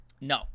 No